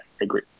agree